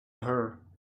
her